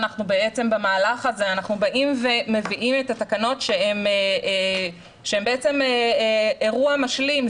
במהלך הזה אנחנו באים ומביאים את התקנות שהן אירוע משלים,